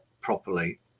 properly